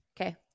Okay